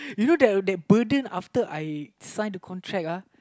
you know the that burden after I sign the contract uh